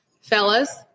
fellas